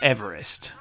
Everest